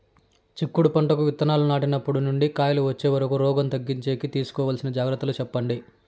చిక్కుడు పంటకు విత్తనాలు నాటినప్పటి నుండి కాయలు వచ్చే వరకు రోగం తగ్గించేకి తీసుకోవాల్సిన జాగ్రత్తలు చెప్పండి?